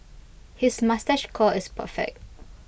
his moustache curl is perfect